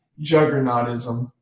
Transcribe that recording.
juggernautism